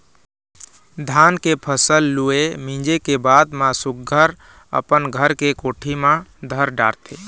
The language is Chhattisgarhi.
धान के फसल लूए, मिंजे के बाद म सुग्घर अपन घर के कोठी म धर डारथे